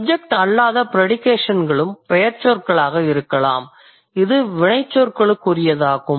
subject அல்லாத ப்ரெடிகேஷன்களும் பெயர்ச்சொற்களாக இருக்கலாம் இது வினைச்சொற்களுக்குரியதாகும்